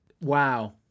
Wow